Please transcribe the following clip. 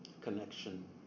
connection